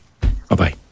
Bye-bye